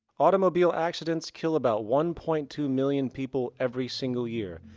automobile accidents kill about one point two million people every single year,